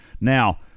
now